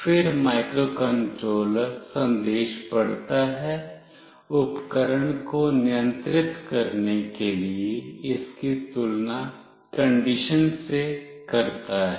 फिर माइक्रोकंट्रोलर संदेश पढ़ता है उपकरण को नियंत्रित करने के लिए इसकी तुलना कंडीशन से करता है